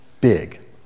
big